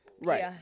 Right